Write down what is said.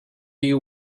you